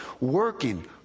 working